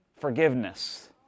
forgiveness